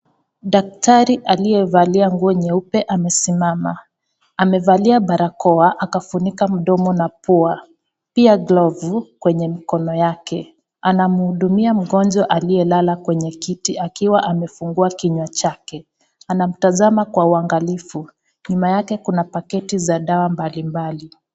Daktari alievalia nuo nyeupe amesimama. Amevalia barakoa, akafunika mdomo na pua, Pia glovu kwenye mikono yake. Anamuhudumia mgonjwa aliyelala kwenye kiti akiwa amefungua kinywa chake, anamtazama kwa uangalifu, nyuma yake kuna paketi za dawa mbali mbali.